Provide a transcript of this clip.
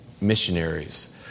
missionaries